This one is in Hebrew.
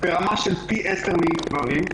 ברמה של פי עשרה מגברים.